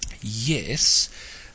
Yes